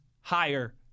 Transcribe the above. higher